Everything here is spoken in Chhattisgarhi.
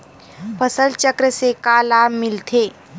फसल चक्र से का लाभ मिलथे?